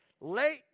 Late